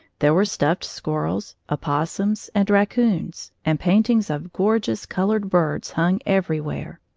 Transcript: there were stuffed squirrels, opossums, and racoons and paintings of gorgeous colored birds hung everywhere.